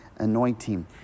anointing